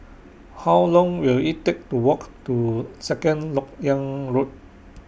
How Long Will IT Take to Walk to Second Lok Yang Road